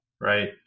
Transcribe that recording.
Right